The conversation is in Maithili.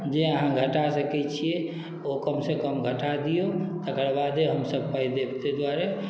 जे अहाँके घटा सकै छियै ओ कम से कम घटा दिऔ तकर बादे हम सब पाइ देब तहि दुआरे